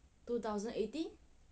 two thousand eighteen